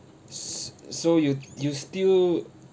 s~ so you you still